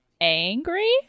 angry